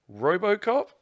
RoboCop